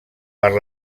per